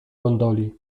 gondoli